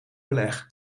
beleg